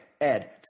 Ed